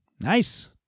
nice